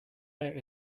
out